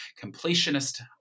completionist